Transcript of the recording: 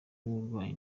n’uburwayi